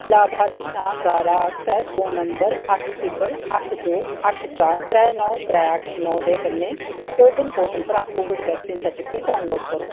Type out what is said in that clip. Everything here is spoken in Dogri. लाभार्थी नांऽ गारा आस्तै फोन नंबर अट्ठ सिफर अट्ठ दो अट्ठ चार त्रै नौ त्रै अट्ठ नौ दे कन्नै को विन पोर्टल परा कोविड वैक्सीन सर्टिफिकेट डाउनलोड करो